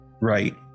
Right